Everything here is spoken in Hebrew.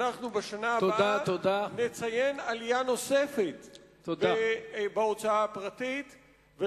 בשנה הבאה אנחנו נציין עלייה נוספת בהוצאה הפרטית.